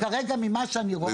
כרגע, ממה שאני רואה אין לי.